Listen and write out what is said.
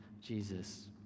Jesus